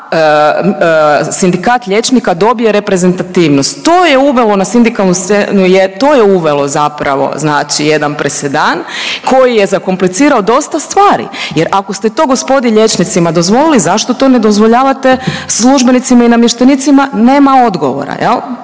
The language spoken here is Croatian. sindikat liječnika dobije reprezentativnost. To je uvelo na sindikalnu scenu, to je uvelo zapravo znači jedan presedan koji je zakomplicirao dosta stvari jer ako ste to gospodi liječnicima dozvolili zašto to ne dozvoljavate službenicima i namještenicima. Nema odgovora